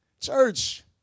Church